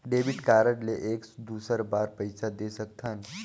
Debit card ले एक दुसर बार पइसा दे सकथन?